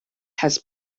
has